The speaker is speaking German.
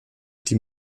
die